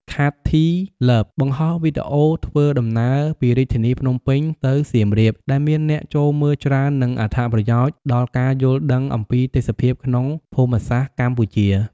ខាតធី ទ្បើប បង្ហោះវីដេអូធ្វើដំណើរពីរាជធានីភ្នំពេញទៅសៀមរាប ដែលមានអ្នកចូលមើលច្រើន និងអត្ថប្រយោជន៍ដល់ការយល់ដឹងអំពីទេសភាពក្នុងភូមិសាស្រ្តកម្ពុជា។